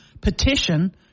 petition